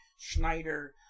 Schneider